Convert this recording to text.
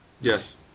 Yes